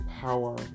power